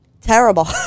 Terrible